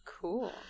Cool